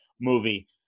movie